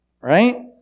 right